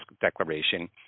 Declaration